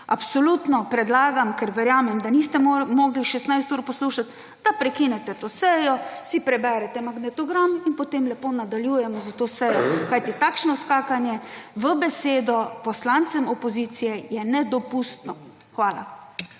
Absolutno predlagam, ker verjamem, da niste mogli 16 ur poslušati, da prekinete to sejo, si preberete magnetogram in potem lepo nadaljujemo s to sejo. Kajti takšno skakanje v besedo poslancem opozicije je nedopustno. Hvala.